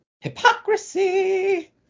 hypocrisy